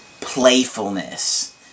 playfulness